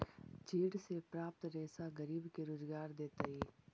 चीड़ से प्राप्त रेशा गरीब के रोजगार देतइ